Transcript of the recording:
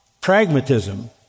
pragmatism